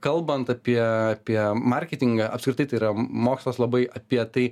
kalbant apie apie marketingą apskritai tai yra mokslas labai apie tai